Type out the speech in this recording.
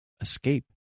escape